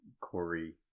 Corey